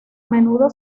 menudo